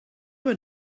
were